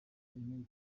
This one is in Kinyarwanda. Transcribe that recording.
ine